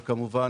וכמובן,